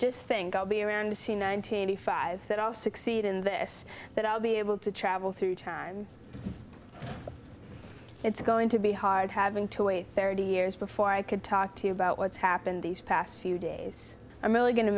just think i'll be around to see ninety five that i'll succeed in this that i'll be able to travel through time it's going to be hard having to wait thirty years before i could talk to you about what's happened these past few days i'm really going to